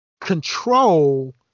control